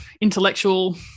intellectual